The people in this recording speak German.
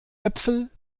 äpfel